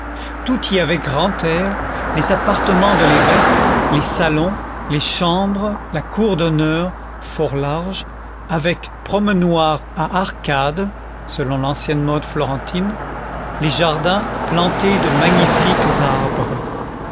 tout y avait grand air les appartements de l'évêque les salons les chambres la cour d'honneur fort large avec promenoirs à arcades selon l'ancienne mode florentine les jardins plantés de magnifiques arbres